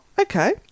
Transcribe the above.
okay